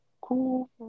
cool